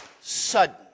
sudden